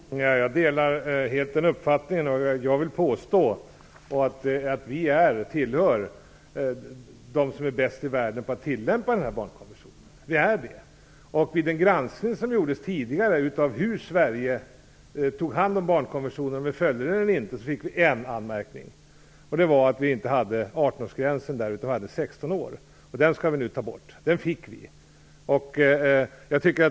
Herr talman! Jag delar helt den uppfattningen. Jag vill påstå att vi tillhör de som är bäst i världen på att tillämpa barnkonventionen. Vid en granskning som gjordes tidigare av hur Sverige följde konventionen fick vi en anmärkning. Den gällde att vi inte hade 18 årsgräns utan 16-årsgräns. Den skall vi nu ta bort.